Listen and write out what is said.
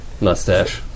Mustache